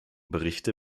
berichte